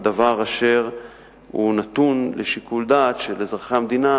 דבר שנתון לשיקול דעת של אזרחי המדינה,